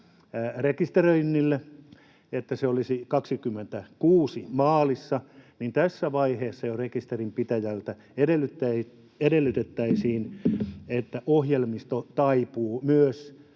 rekisteröinnille, niin että se olisi vuonna 26 maalissa, ja että jo tässä vaiheessa rekisterinpitäjältä edellytettäisiin, että ohjelmisto taipuu myös